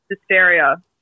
Hysteria